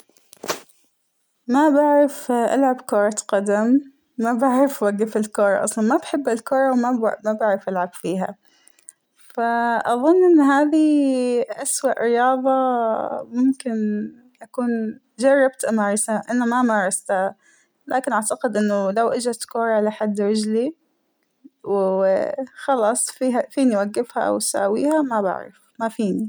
ما بعرف ألعب كرة قدم ، ما بعرف أوقف الكرة أصلاً ، ما بحب الكرة وما بعرف ألعب فيها ، فاا- أظن إن هاذى أسوء رياضة ااا- ممكن أكون جربت أمارسها لكن ما مارستها ، لكن أعتقد لو إجيت كورة لحد رجلى واا- خلاص فيها - فينى أوقفها أوأساويها ما بعرف ما فينى.